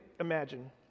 imagine